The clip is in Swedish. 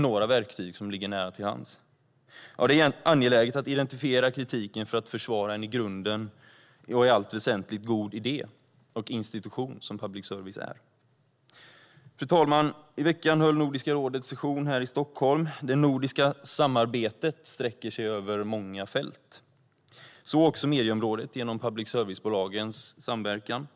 Ja, det är angeläget att identifiera kritiken för att försvara en i grunden och i allt väsentligt god idé och institution, som public service är. Fru talman! I veckan höll Nordiska rådet en session här i Stockholm. Det nordiska samarbetet sträcker sig över många fält, även medieområdet. Det handlar om public service-bolagens samverkan,